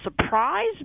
surprise